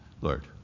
Lord